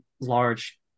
large